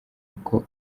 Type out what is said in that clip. uko